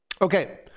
Okay